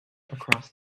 across